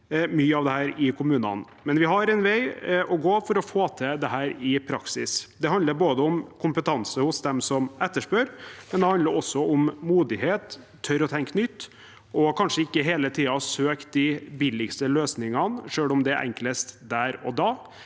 mye av dette i kommunene, men vi har en vei å gå for å få til dette i praksis. Det handler om kompetanse hos dem som etterspør, men det handler også om mot til å tørre å tenke nytt, til kanskje ikke hele tiden å søke de billigste løsningene, selv om det er enklest der og da.